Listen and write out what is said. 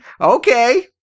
Okay